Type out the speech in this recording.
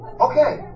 okay